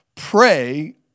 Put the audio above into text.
Pray